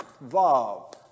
valve